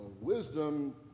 wisdom